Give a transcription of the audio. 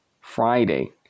Friday